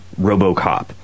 RoboCop